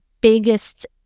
biggest